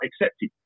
accepted